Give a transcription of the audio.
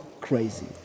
crazy